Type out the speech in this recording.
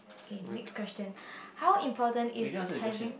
okay next question how important is having